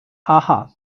aha